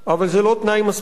אבל לא תנאי מספיק.